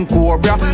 Cobra